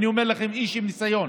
אני אומר לכם, איש עם ניסיון: